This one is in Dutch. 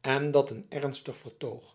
en dat een ernstig vertoog